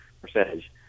percentage